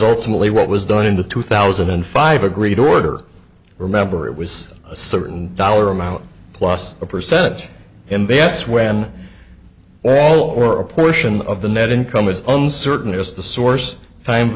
ultimately what was done in the two thousand and five agreed order remember it was a certain dollar amount plus a percentage and that's when all or a portion of the net income is uncertain as the source time